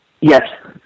Yes